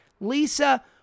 Lisa